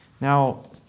Now